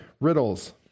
riddles